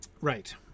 Right